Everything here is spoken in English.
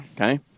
Okay